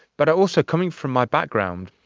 but also coming from my background,